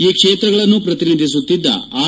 ಈ ಕ್ಷೇತ್ರಗಳನ್ನು ಪ್ರತಿನಿಧಿಸುತ್ತಿದ್ದ ಆರ್